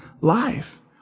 life